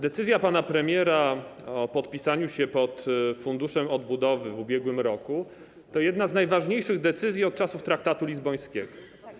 Decyzja pana premiera o podpisaniu się pod Funduszem Odbudowy w ubiegłym roku to jedna z najważniejszych decyzji od czasów traktatu lizbońskiego.